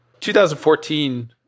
2014